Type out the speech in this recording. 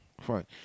fine